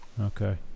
okay